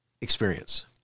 experience